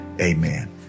amen